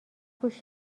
گوش